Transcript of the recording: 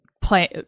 play